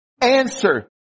answer